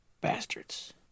Bastards